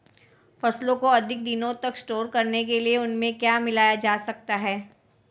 फसलों को अधिक दिनों तक स्टोर करने के लिए उनमें क्या मिलाया जा सकता है?